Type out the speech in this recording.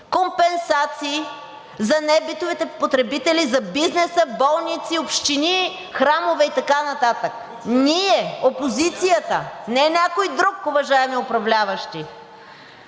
компенсации за небитовите потребители, за бизнеса, болници, общини, храмове и така нататък. Ние, опозицията, не някой друг, уважаеми управляващи!